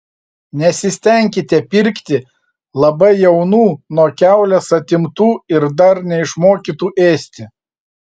nesistenkite pirkti labai jaunų nuo kiaulės atimtų ir dar neišmokytų ėsti